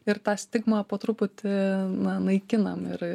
ir tą stigmą po truputį na naikinam ir